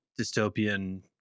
dystopian